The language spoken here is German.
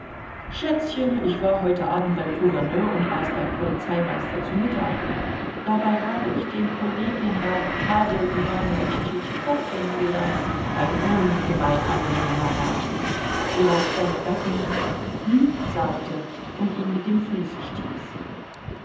schätzchen ich war heute abend beim gouverneur und aß beim polizeimeister zu mittag dabei habe ich den kollegienrat pawel iwanowitsch tschitschikow kennengelernt ein ungemein angenehmer herr worauf seine gattin hm sagte und ihn mit dem fuße stieß